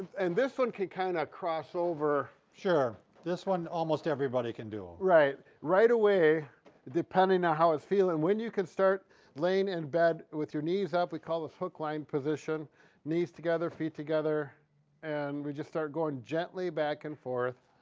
and this one can kind of cross over, sure this one almost everybody can do. right right away depending on how you're ah feeling when you can start laying in bed with your knees up we call this hook line position knees together feet together and we just start going gently back and forth,